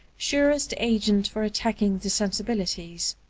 surest agent for attacking the sensibilities.